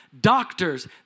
doctors